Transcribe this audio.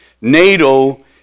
NATO